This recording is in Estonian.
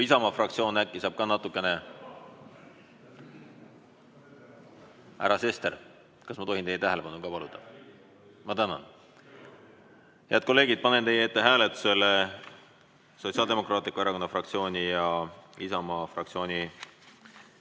Isamaa fraktsioon äkki saab ka natukene ... Härra Sester, kas ma tohin teie tähelepanu ka paluda? Ma tänan! Head kolleegid, panen teie ette hääletusele Sotsiaaldemokraatliku Erakonna fraktsiooni ja Isamaa fraktsiooni